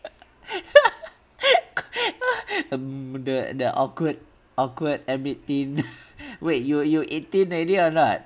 mm the the awkward awkward amid teen wait you you eighteen already or not